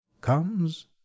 comes